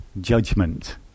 judgment